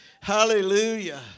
Hallelujah